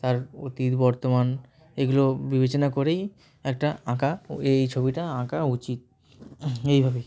তার অতীত বর্তমান এগুলো বিবেচনা করেই একটা আঁকা এই ছবিটা আঁকা উচিত এইভাবেই